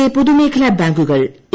രാജ്യത്തെ പൊതുമേഖലാ ബാങ്കുകൾ എ